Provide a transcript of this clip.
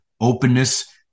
openness